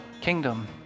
kingdom